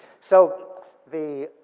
so the,